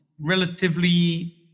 relatively